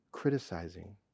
criticizing